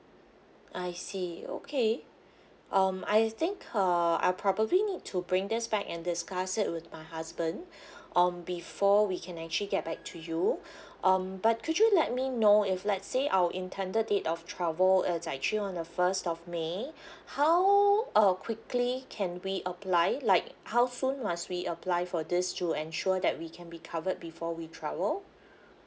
I see okay um I think uh I probably need to bring this back and discuss it with my husband um before we can actually get back to you um but could you let me know if let's say our intended date of travel is actually on the first of may how uh quickly can we apply like how soon must we apply for this to ensure that we can be covered before we travel